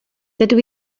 dydw